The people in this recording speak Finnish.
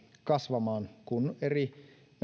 kasvamaan kun eri